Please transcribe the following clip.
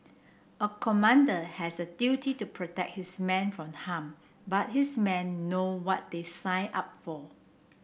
a commander has a duty to protect his men from harm but his men know what they sign up for